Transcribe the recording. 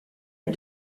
est